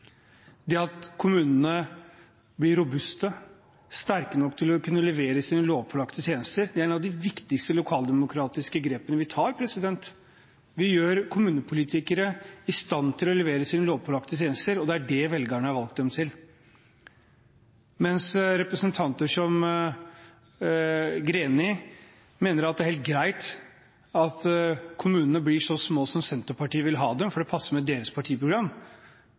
Det at kommunene blir robuste, blir sterke nok til å kunne levere sine lovpålagte tjenester, er en av de viktigste lokaldemokratiske grepene vi tar – vi gjør kommunepolitikere i stand til å levere sine lovpålagte tjenester. Det er dette velgerne har valgt dem til – mens representanter som Greni mener at det er helt greit at kommunene blir så små som Senterpartiet vil ha dem fordi det passer med deres partiprogram,